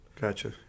Gotcha